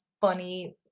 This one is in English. funny